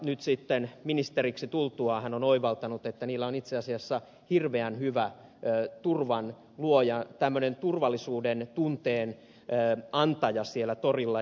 nyt sitten ministeriksi tultuaan hän on oivaltanut että ne ovat itse asiassa hirveän hyvä turvallisuuden tunteen antaja siellä torilla